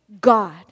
God